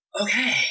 okay